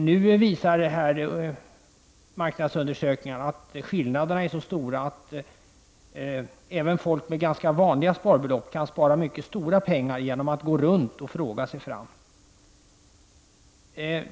Nu visar marknadsundersökningar att skillnaderna är så stora att även folk med ganska vanliga sparbelopp kan spara mycket stora pengar genom att gå runt och fråga sig fram.